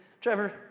Trevor